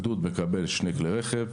הגדוד מקבל שני כלי רכב.